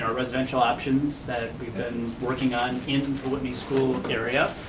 ah residential options, that ah we've been working on in the whitney school area.